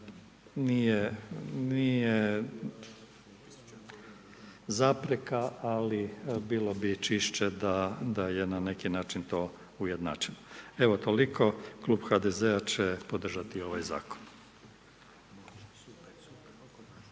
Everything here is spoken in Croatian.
nije zapreka, ali bilo bi čišće da je na neki način to ujednačeno. Evo, toliko. Klub HDZ-a će podržati ovaj Zakon.